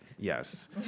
Yes